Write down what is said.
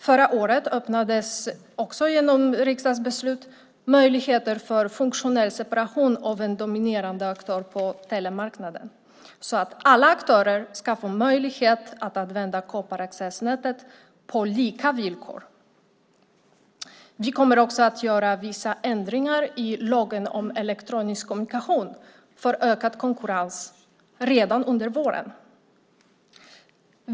Förra året öppnades, också genom riksdagsbeslut, möjligheter för funktionell separation av en dominerande aktör på telemarknaden, så att alla aktörer ska få möjlighet att använda kopparaccessnätet på lika villkor. Vi kommer också att göra vissa ändringar i lagen om elektronisk kommunikation för ökad konkurrens redan under våren.